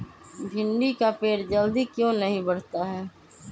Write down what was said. भिंडी का पेड़ जल्दी क्यों नहीं बढ़ता हैं?